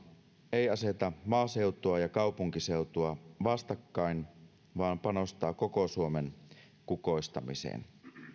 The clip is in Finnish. ei aseta maaseutua ja kaupunkiseutua vastakkain vaan panostaa koko suomen kukoistamiseen